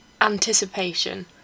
Anticipation